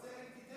אתה רוצה?